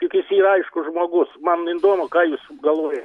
juk jis yra aiškus žmogus man įdomu ką jūs galvojat